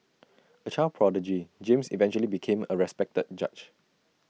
A child prodigy James eventually became A respected judge